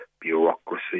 bureaucracy